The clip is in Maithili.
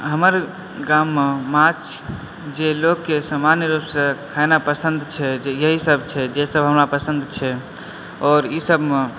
हमर गाममे माछ जे लोकके सामान्य रूपसऽ खाना पसन्द छै जे यही सब छै जे सब हमरा पसन्द छै आओर ई सबमे